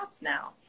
now